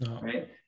right